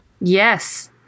Yes